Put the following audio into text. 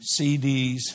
CDs